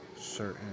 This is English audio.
certain